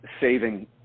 saving